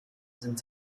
sind